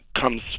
comes